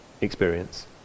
experience